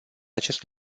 acest